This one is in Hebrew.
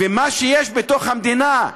ומה שיש בתוך המדינה,